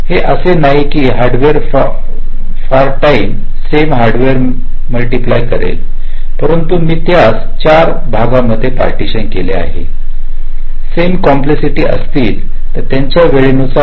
हे असे नाही की hardware for time same hardware मी मल्टिप्लाय करेन परंतु मी त्यास चार मध्ये पाटिशन करीत आहे सेम कॉम्प्लेक्सिटीचे असतील त्यांच्या वेळ नुसार